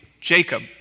Jacob